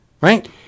Right